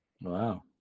Wow